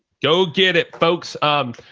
go get it folks. um,